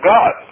God